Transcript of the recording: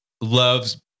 loves